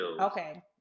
okay